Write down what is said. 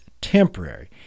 temporary